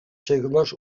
segles